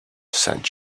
sent